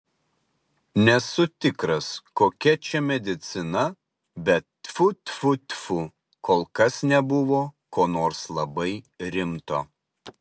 nesu tikras kokia čia medicina bet tfu tfu tfu kol kas nebuvo ko nors labai rimto